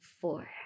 four